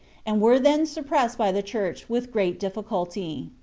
and were then suppressed by the church with great difficulty.